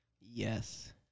Yes